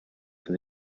for